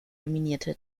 dominierte